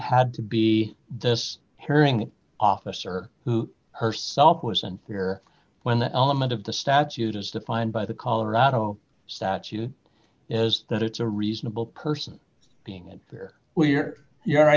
had to be this hearing officer who herself was unfair when the element of the statute as defined by the colorado statute is that it's a reasonable person being in there we're you